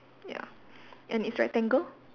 ya and it's rectangle